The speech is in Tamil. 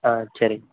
ஆ சரி